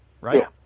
Right